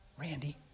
Randy